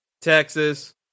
Texas